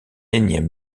énième